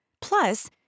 Plus